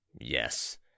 yes